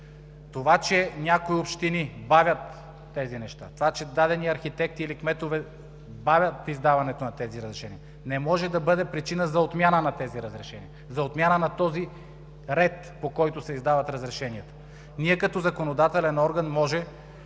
Това, че някои общини бавят тези неща, това, че дадени архитекти или кметове бавят издаването на тези разрешения, не може да бъде причина за отмяна на тези разрешения, за отмяна на този ред, по който се издават разрешенията. Ние, като законодателен орган, можем